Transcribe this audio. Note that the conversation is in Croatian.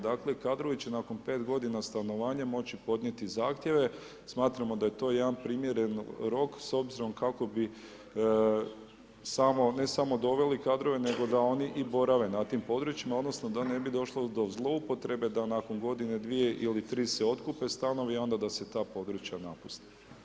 Dakle, kadrovi će nakon 5 godina stanovanja moći podnijeti zahtjeve smatramo da je to jedan primjeren rok s obzirom kako bi samo, ne samo doveli kadrove nego da oni i borave na tim područjima odnosno da ne bi došlo do zloupotrebe da nakon godine, dvije ili tri se otkupe stanovi a onda da se ta područja napuste.